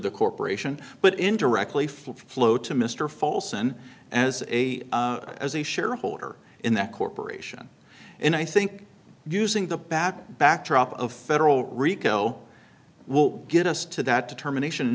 the corporation but indirectly flow to mr folson as a as a shareholder in that corporation and i think using the back backdrop of federal rico will get us to that determination